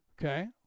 Okay